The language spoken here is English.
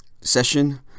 session